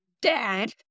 dad